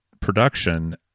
production